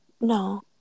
No